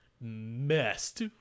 messed